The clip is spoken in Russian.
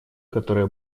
которое